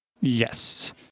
yes